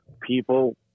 people